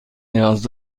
نیاز